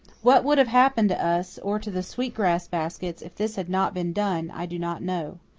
what would have happened to us, or to the sweet-grass baskets, if this had not been done i do not know.